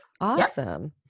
Awesome